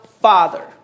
father